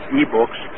ebooks